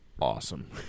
awesome